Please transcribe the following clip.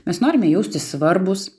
mes norime jaustis svarbūs